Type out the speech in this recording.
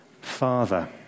Father